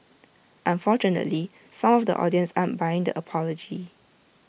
unfortunately some of the audience aren't buying the apology